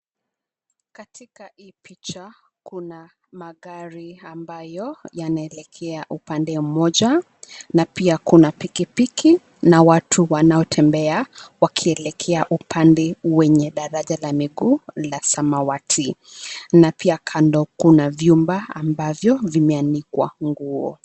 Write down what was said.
Katika hii picha kuna magari ambayo yanaelekea upande mmoja. Na pia kuna pikipiki na watu wanaotembea wakielekea upande wenye daraja la miguu la samawati. Na pia kando kuna vyumba ambavyo vimeanikwa nguo.